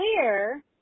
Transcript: clear